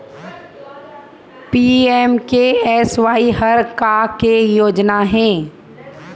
PMKSY हर का के योजना हे?